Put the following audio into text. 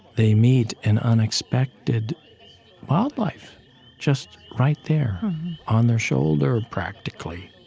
they meet in unexpected wildlife just right there on their shoulder practically,